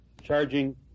charging